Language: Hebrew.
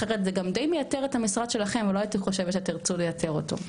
אחרת זה גם דיי מייתר את המשרד שלכם ולא הייתי חושבת שתרצו לייתר אותו.